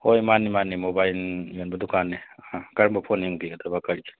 ꯍꯣꯏ ꯃꯥꯅꯤ ꯃꯥꯅꯤ ꯃꯣꯕꯥꯏꯜ ꯌꯣꯟꯕ ꯗꯨꯀꯥꯟꯅꯤ ꯀꯔꯝꯕ ꯐꯣꯟ ꯌꯦꯡꯕꯤꯒꯗꯕ ꯀꯔꯤ